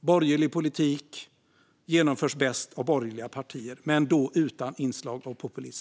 Borgerlig politik genomförs bäst av borgerliga partier - utan inslag av populism.